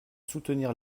soutenir